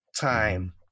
time